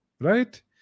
right